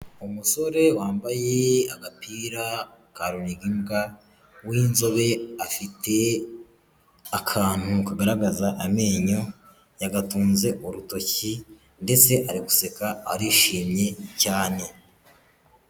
Umusore wambaye agapira ka runiga imbwa w'inzobe afite akantu kagaragaza amenyo, yagatunze urutoki ndetse ari guseka arishimye cyane.